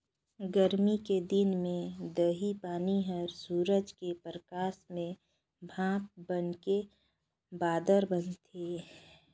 गरमी के दिन मे इहीं पानी हर सूरज के परकास में भाप बनके बादर बनथे